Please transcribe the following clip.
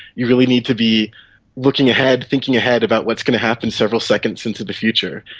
you really need to be looking ahead, thinking ahead about what's going to happen several seconds into the future.